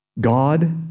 God